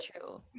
true